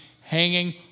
hanging